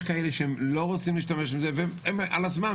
כאלה שהם לא רוצים להשתמש בזה והם על עצמם,